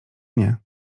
nie